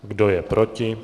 Kdo je proti?